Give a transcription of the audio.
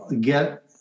get